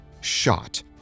shot